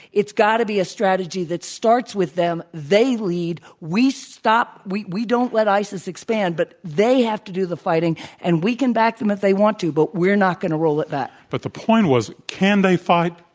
it's got to be a strategy that starts with them, they lead, we stop we we don't let isis expand, but they have to do the fighting and we can back them if they want to, but we're not going to roll it back. but the point was can they fight?